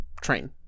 train